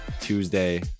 Tuesday